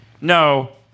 No